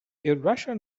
irrational